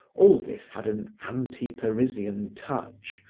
all this had an anti-parisian touch,